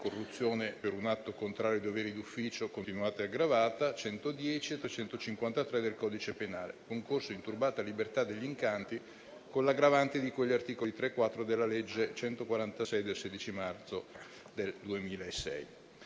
(corruzione per un atto contrario ai doveri d'ufficio continuata e aggravata), 110 e 353 del codice penale (concorso in turbata libertà degli incanti); con l'aggravante di cui agli articoli 3 e 4 della legge n. 146 del 16 marzo del 2006.